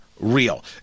real